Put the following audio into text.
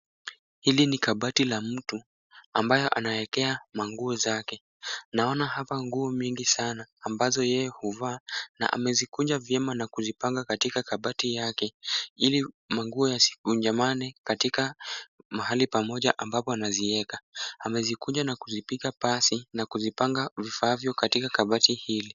Hili ni kabati la mtu, ambayo anaekea manguo zake. Naona hapa nguo mingi sana ambazo yeye huvaa na amezikunja vyema na kuzipanga katika kabati yake, ili manguo yasikunjamane katika mahali pamoja ambapo anazieka. Amezikunja na kuzipiga pasi na kujipanga vifaavyo katika kabati hili.